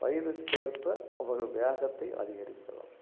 வயதிற்கேற்ப அவர் வேகத்தை அதிகரிக்கலாம்